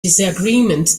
disagreement